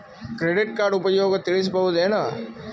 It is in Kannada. ಕ್ರೆಡಿಟ್ ಕಾರ್ಡ್ ಉಪಯೋಗ ತಿಳಸಬಹುದೇನು?